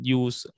use